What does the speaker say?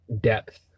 depth